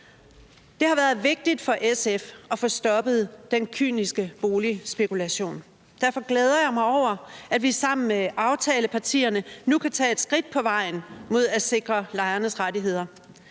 Det har været vigtigt for SF at få stoppet den kyniske boligspekulation, og derfor glæder jeg mig over, at vi sammen med aftalepartierne nu kan tage et skridt på vejen mod at sikre lejernes rettigheder.